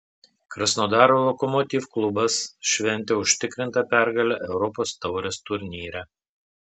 krasnodaro lokomotiv klubas šventė užtikrintą pergalę europos taurės turnyre